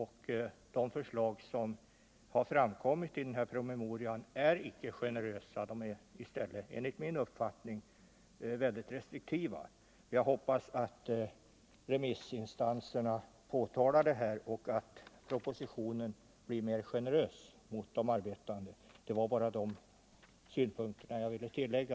De förslag som framkommit i promemorian är icke generösa utan i stället enligt min uppfattning väldigt restriktiva. Jag hoppas att remissinstanserna påtalar det och att propositionen blir mer generös mot de arbetande. Det var bara dessa synpunkter jag ville tillägga.